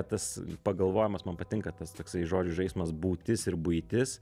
tas pagalvojimas man patinka tas toksai žodžių žaismas būtis ir buitis